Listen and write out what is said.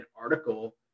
article